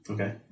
Okay